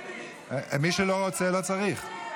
מי שלא רוצה, לא צריך.